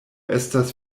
estas